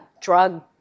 Drug